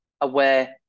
aware